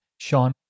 Sean